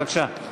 בבקשה.